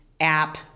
app